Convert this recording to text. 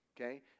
okay